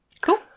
Cool